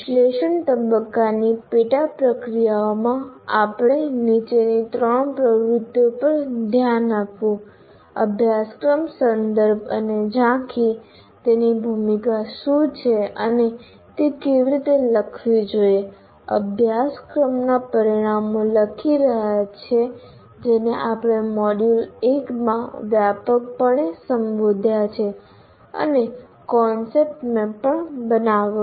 વિશ્લેષણ તબક્કાની પેટા પ્રક્રિયાઓમાં આપણે નીચેની ત્રણ પ્રવૃત્તિઓ પર ધ્યાન આપ્યું અભ્યાસક્રમ સંદર્ભ અને ઝાંખી તેની ભૂમિકા શું છે અને તે કેવી રીતે લખવી જોઈએ અભ્યાસક્રમના પરિણામો લખી રહ્યા છીએ જેને આપણે મોડ્યુલ 1 માં વ્યાપકપણે સંબોધ્યા છે અને કોન્સેપ્ટ મેપ પણ બનાવ્યો